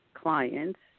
clients